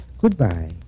Goodbye